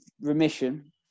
remission